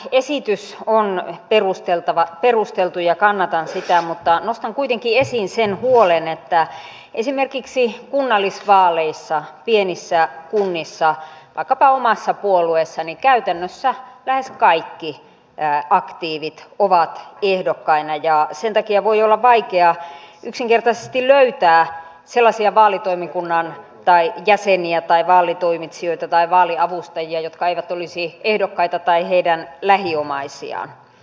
tämä esitys on perusteltu ja kannatan sitä mutta nostan kuitenkin esiin sen huolen että esimerkiksi kunnallisvaaleissa pienissä kunnissa vaikkapa omassa puolueessani käytännössä lähes kaikki aktiivit ovat ehdokkaina ja sen takia voi olla vaikea yksinkertaisesti löytää sellaisia vaalitoimikunnan jäseniä tai vaalitoimitsijoita tai vaaliavustajia jotka eivät olisi ehdokkaita tai heidän lähiomaisiaan